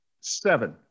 Seven